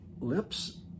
lips